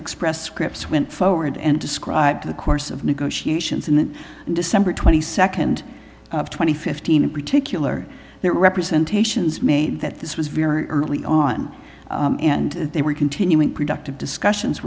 express scripts went forward and described the course of negotiations in december twenty second twenty fifteen in particular that representations made that this was very early on and they were continuing productive discussions